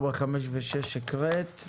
4, 5 ו-6 הקראת.